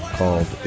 called